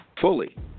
fully